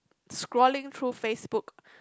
scrolling through FaceBook